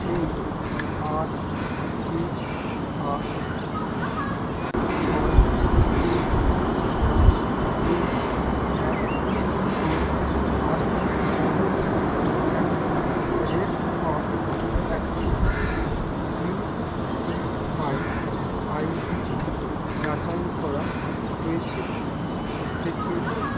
এই আট তিন আট শূন্য ছয় তিন ছয় দুই এক দুই আট at the rate of Axis UPI আইডিটি যাচাই করা হয়েছে কি দেখে নিন